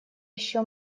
еще